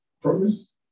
promise